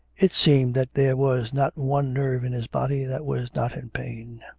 it seemed that there was not one nerve in his body that was not in pain.